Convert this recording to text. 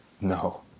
No